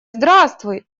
здравствуй